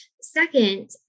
Second